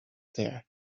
there